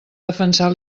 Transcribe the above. defensar